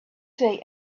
say